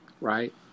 right